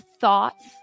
thoughts